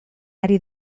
ari